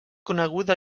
coneguda